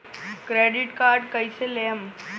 Credit card कईसे लेहम?